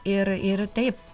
ir ir taip